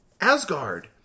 Asgard